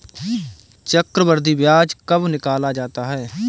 चक्रवर्धी ब्याज कब निकाला जाता है?